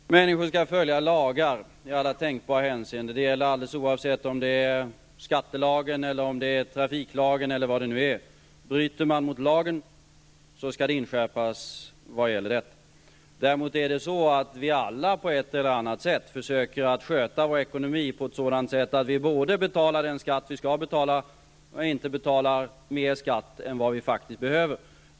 Fru talman! Människor skall föja lagar i alla tänkbara hänseenden. Det gäller alldeles oavsett om det är skattelag, trafiklag eller någon annan lag. Bryter man mot lagen, skall det inskärpas vad detta innebär. Däremot försöker vi alla på ett eller annat sätt att sköta vår ekonomi på sådant sätt att vi både betalar den skatt vi skall betala och inte betalar mer skatt än vi faktiskt behöver.